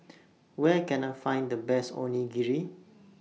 Where Can I Find The Best Onigiri